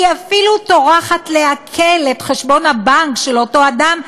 היא אפילו טורחת לעקל את חשבון הבנק של אותו אדם,